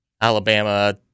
Alabama